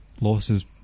losses